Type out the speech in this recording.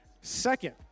second